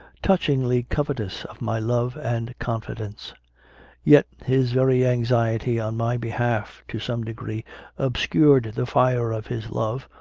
touchingly covetous of my love and confidence yet his very anxiety on my be half to some degree obscured the fire of his love,